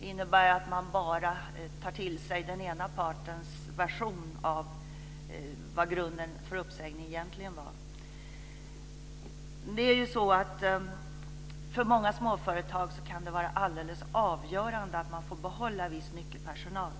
innebär att han bara tar till sig den ena partens version av vad grunden för uppsägningen egentligen var. För många småföretag kan det vara alldeles avgörande att man får behålla viss nyckelpersonal.